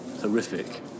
horrific